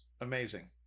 amazing